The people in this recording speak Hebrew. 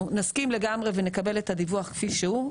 נסכים לגמרי ונקבל את הדיווח כפי שהוא,